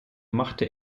machte